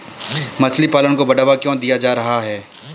मछली पालन को बढ़ावा क्यों दिया जा रहा है?